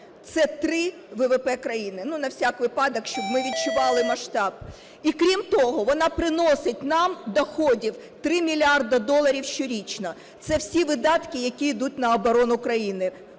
це три ВВП країни. Ну, на всяк випадок, щоб ми відчували масштаб. І крім того, вона приносить нам доходів 3 мільярди доларів щорічно. Це всі видатки, які йдуть на оборону країни.